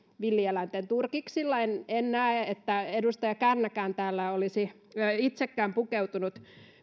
villieläinten turkiksilla en en näe että edustaja kärnä täällä olisi itsekään pukeutunut